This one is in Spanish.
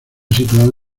situado